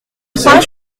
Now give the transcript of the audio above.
trois